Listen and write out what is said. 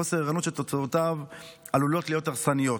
חוסר ערנות שתוצאותיו עלולות להיות הרסניות.